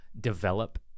develop